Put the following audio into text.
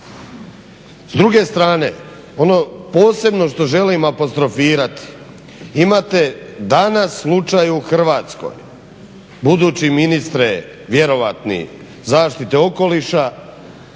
S druge strane ono što posebno želim apostrofirati, imate danas slučaj u Hrvatskoj budući ministre vjerojatni zaštite okoliša,